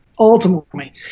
Ultimately